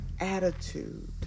attitude